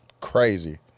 Crazy